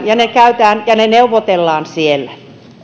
ja ne neuvotellaan ja päätetään siellä